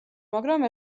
მაგრამ